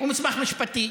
הוא מסמך משפטי,